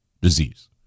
disease